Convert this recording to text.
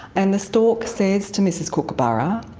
and the stork says to mrs kookaburra,